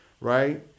right